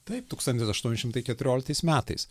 taip tūkstantis aštuoni šimtai keturioliktais metais